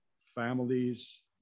families